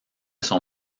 son